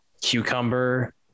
cucumber